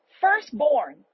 firstborn